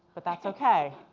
but that's okay.